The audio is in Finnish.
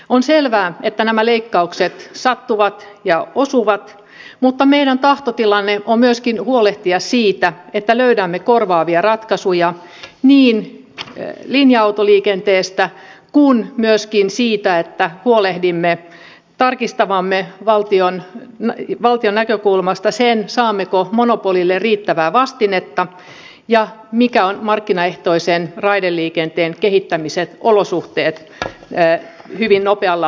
on selvää että nämä leikkaukset sattuvat ja osuvat mutta meidän tahtotilamme on myöskin huolehtia siitä että löydämme korvaavia ratkaisuja niin linja autoliikenteestä kuin myöskin siitä että huolehdimme tarkistavamme valtion näkökulmasta sen saammeko monopolille riittävää vastinetta ja mitkä ovat markkinaehtoisen raideliikenteen kehittämisen olosuhteet hyvin nopealla aikataululla